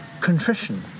contrition